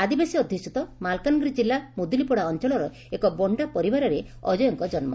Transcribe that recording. ଆଦିବାସୀ ଅଧୁଷିତ ମାଲକାନଗିରି ଜିଲ୍ଲା ମୁଦୁଲିପଡା ଅଞ୍ଚଳର ଏକ ବଣ୍ତା ପରିବାରରେ ଅଜୟଙ୍କ ଜନ୍ନ